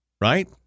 Right